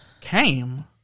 came